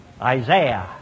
Isaiah